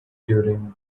during